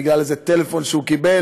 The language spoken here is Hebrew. בגלל איזה טלפון שהוא קיבל,